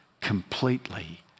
completely